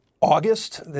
August